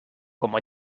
como